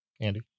Andy